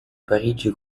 parigi